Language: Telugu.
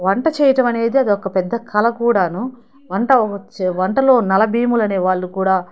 వంట చేయటం అనేది అదొక పెద్ద కళ కూడాను వంట ఒక చే వంటలో నలభీములనే వాళ్ళు కూడా